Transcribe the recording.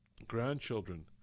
grandchildren